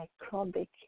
microbic